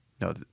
No